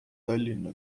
tallinna